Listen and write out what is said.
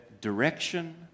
direction